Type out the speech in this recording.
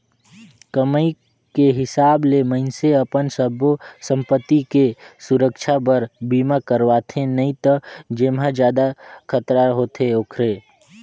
कमाई के हिसाब ले मइनसे अपन सब्बो संपति के सुरक्छा बर बीमा करवाथें नई त जेम्हे जादा खतरा होथे ओखरे